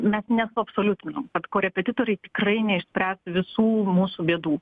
mes neabsoliutinam kad korepetitoriai tikrai neišspręs visų mūsų bėdų